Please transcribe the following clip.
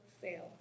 fail